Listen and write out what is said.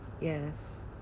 yes